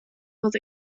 was